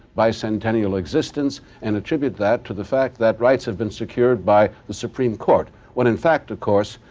bicentennial existence and attribute that to the fact that rights have been secured by the supreme court, when in fact, of course,